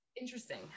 interesting